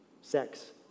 Sex